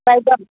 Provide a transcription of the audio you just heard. बायगोन